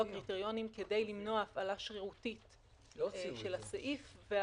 קריטריונים כדי למנוע הפעלה שרירותית של הסעיף,